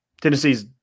Tennessee's –